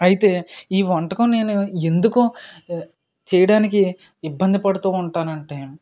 అయితే ఈ వంటకం నేను ఎందుకు చేయడానికి ఇబ్బంది పడుతూ ఉంటాను అంటే